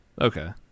okay